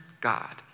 God